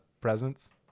presents